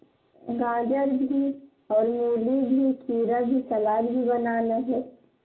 गाज़र भी और मूली भी खीरा भी सलाद भी बनाना है